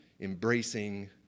embracing